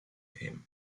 him